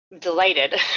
delighted